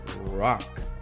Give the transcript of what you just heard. rock